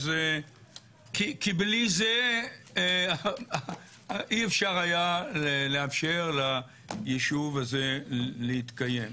כי בלי זה אי אפשר היה לאפשר ליישוב הזה להתקיים.